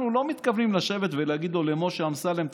אנחנו לא מתכוונים לשבת ולהגיד לו: למשה אמסלם תשים,